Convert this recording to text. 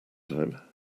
time